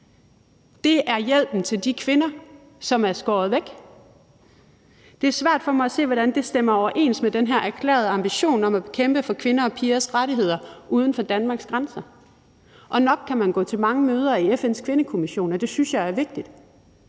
Det er hjælpen til de kvinder, som er skåret væk. Det er svært for mig at se, hvordan det stemmer overens med den her erklærede ambition om et kæmpe for kvinder og pigers rettigheder uden for Danmarks grænser. Og nok kan man gå til mange møder i FN's Kvindekommission, og det synes jeg er vigtigt,